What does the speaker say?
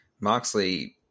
Moxley